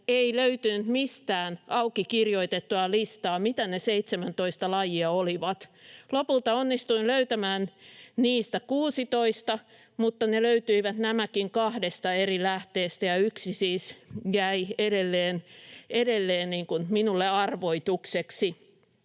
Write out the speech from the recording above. ei löytynyt mistään auki kirjoitettua listaa, mitkä ne 17 lajia olivat. Lopulta onnistuin löytämään niistä 16, mutta nämäkin löytyivät kahdesta eri lähteestä, ja yksi siis jäi edelleen minulle arvoitukseksi.